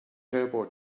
turbo